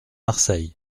marseille